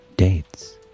Dates